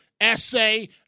essay